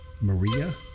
Maria